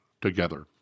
together